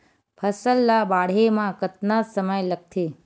फसल ला बाढ़े मा कतना समय लगथे?